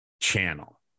channel